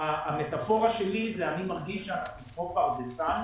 המטפורה שלי היא שאני מרגיש כמו פרדסן.